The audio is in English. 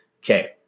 Okay